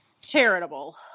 charitable